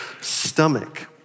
stomach